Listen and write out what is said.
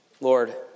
Lord